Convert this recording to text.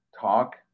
talk